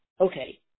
Okay